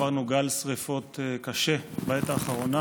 עברנו גל שרפות קשה בעת האחרונה